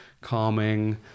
calming